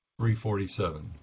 347